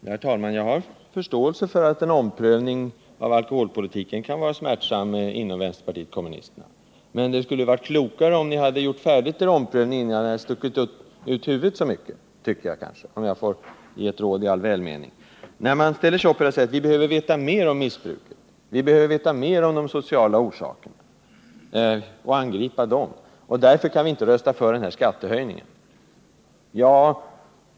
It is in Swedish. Herr talman! Jag har förståelse för att en omprövning av alkoholpolitiken kan vara smärtsam inom vänsterpartiet kommunisterna, men det skulle ha varit klokare om ni hade gjort er omprövning färdig innan ni stack ut huvudet så mycket — om jag får ge ett råd i all välmening. Vi behöver veta mer om missbruket, vi behöver veta mer om de sociala orsakerna och angripa dem, och därför kan vi inte rösta för skattehöjningen, säger Jörn Svensson.